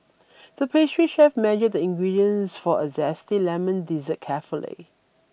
the pastry chef measured the ingredients for a Zesty Lemon Dessert carefully